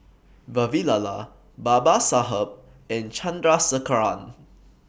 Vavilala Babasaheb and Chandrasekaran